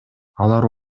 алар